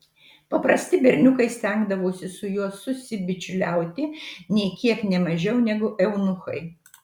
paprasti berniukai stengdavosi su juo susibičiuliauti nė kiek ne mažiau negu eunuchai